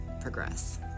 progress